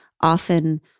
often